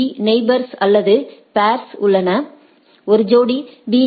பீ neighbours அல்லது போ்ஸ் உள்ளன ஒரு ஜோடி பி